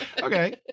Okay